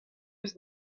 eus